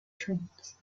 trains